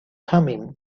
thummim